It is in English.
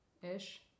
Ish